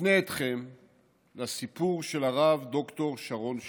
אפנה אתכם לסיפור של הרב ד"ר שרון שלום: